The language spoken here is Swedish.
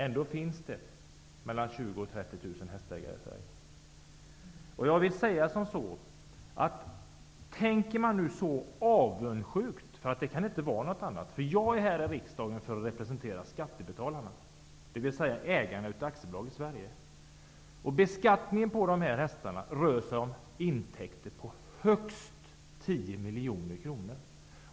Ändå finns det mellan Jag är här i riksdagen för att representera skattebetalarna, dvs. ägarna av Aktiebolaget Sverige. Beskattningen av dessa hästar rör sig om intäkter på högst 10 miljoner kronor.